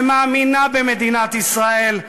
שמאמינה במדינת ישראל,